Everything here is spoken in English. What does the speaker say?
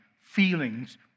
feelings